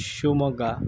Shivamogga